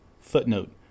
Footnote